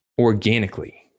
organically